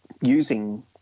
using